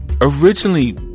Originally